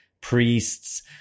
priests